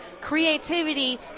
creativity